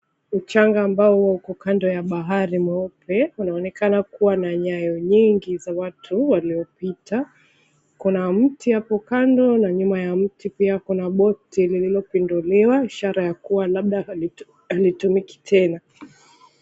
Mchanga ambao ulioko kando ya bahari mweupu, unaonekana kuwa na nyayo nyingi za watu waliopita. Kuna mti hapo kando na nyuma ya mti pia kuna boti iliyopinduliwa ishara ya kuwa labda halitumiki tena.